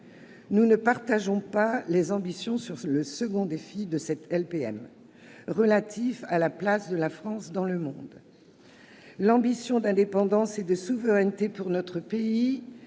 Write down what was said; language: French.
nous ne partageons pas les ambitions sur le second défi de cette LPM, relatif à la place de la France dans le monde. L'ambition d'indépendance et de souveraineté pour notre pays